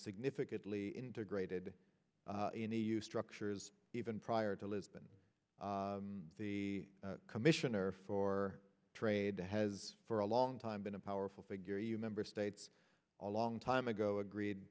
significantly integrated in e u structures even prior to lisbon the commissioner for trade has for a long time been a powerful figure you member states a long time ago agreed